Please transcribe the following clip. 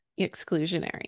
exclusionary